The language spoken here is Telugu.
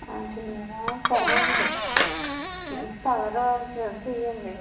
అది సరే అండి మంచి కలర్ ఉంటె తీయండి